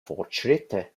fortschritte